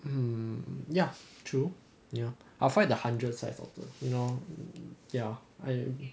um ya true ya I will fight the hundred sized otter you know ya I